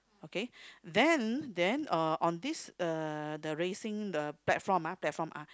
okay then then uh on this uh the raising the platform ah platform ah